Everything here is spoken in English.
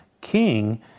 King